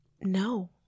no